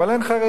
אבל אין חרדים.